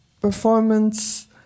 performance